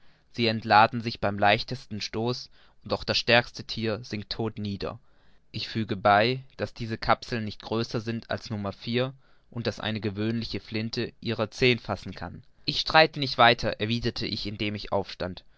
sie entladen sich beim leichtesten stoß und auch das stärkste thier sinkt todt nieder ich füge bei daß diese kapseln nicht größer sind als nummer vier und daß eine gewöhnliche flinte ihrer zehn fassen kann ich streite nicht weiter erwiderte ich indem ich aufstand